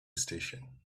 station